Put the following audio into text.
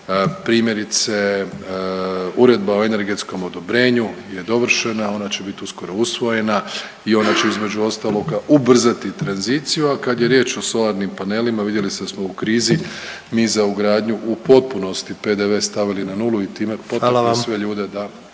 pravilnike primjerice Uredba o energetskom odobrenju je dovršena, ona će bit uskoro usvojena i ona će između ostaloga ubrzati tranziciju. A kada je riječ o solarnim panelima, vidjeli ste da smo u krizi mi za ugradnju u potpunosti PDV stavili na nulu i time potakli …/Upadica